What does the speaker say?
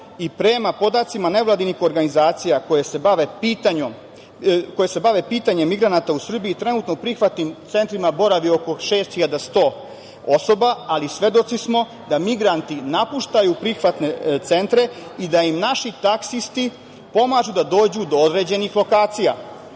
i, prema podacima nevladinih organizacija koje se bave pitanjem migranata u Srbiji, trenutno u prihvatnim centrima boravi oko 6.100 osoba, ali svedoci smo da migranti napuštaju prihvatne centre i da im naši taksisti pomažu da dođu do određenih lokacija.